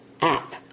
app